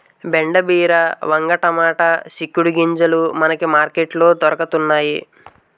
బెండ బీర వంగ టమాటా సిక్కుడు గింజలు మనకి మార్కెట్ లో దొరకతన్నేయి